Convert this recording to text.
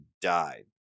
died